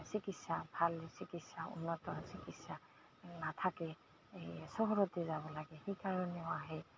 চিকিৎসা ভাল চিকিৎসা উন্নত চিকিৎসা নাথাকে এই চহৰতে যাব লাগে সেইকাৰণেও আহে